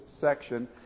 section